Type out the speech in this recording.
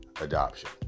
adoption